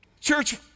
church